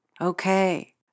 Okay